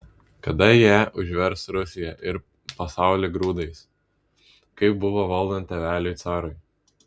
kada jie užvers rusiją ir pasaulį grūdais kaip buvo valdant tėveliui carui